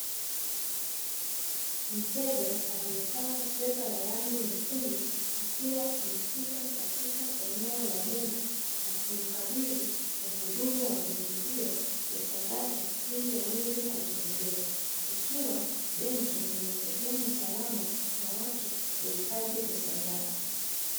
Mteja aliyevaa sweta la rangi nyekundu, akiwa amefika katika eneo la benki; akimkabidhi mhudumu wa benki hiyo pesa zake ili aweze kutunziwa. Ikiwa benki ndio sehemu salama ya watu kuhifadhi fedha zao.